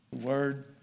word